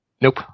Nope